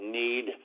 need